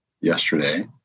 yesterday